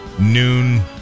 noon